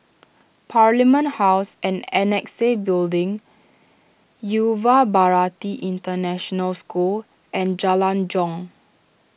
Parliament House and Annexe Building Yuva Bharati International School and Jalan Jong